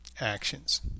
actions